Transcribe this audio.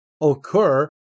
occur